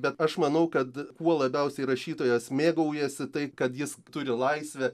bet aš manau kad kuo labiausiai rašytojas mėgaujasi tai kad jis turi laisvę